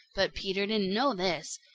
but peter didn't know this.